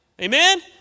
Amen